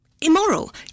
Immoral